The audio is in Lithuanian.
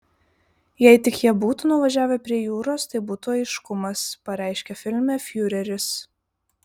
jei tik jie būtų nuvažiavę prie jūros tai būtų aiškumas pareiškia filme fiureris